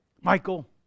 Michael